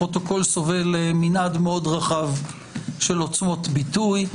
הפרוטוקול סובל מנעד מאוד רחב של עוצמות ביטוי.